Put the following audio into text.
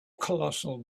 colossal